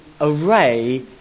array